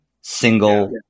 single